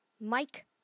Mike